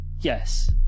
Yes